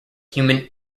human